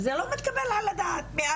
וזה לא מתקבל על הדעת, מ-